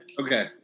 Okay